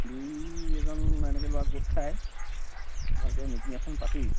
দুই এজন এনেকে ল'ৰা গোট খায় ভালকে মিটিং এখন পাতি